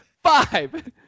Five